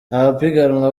abapiganwa